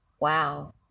Wow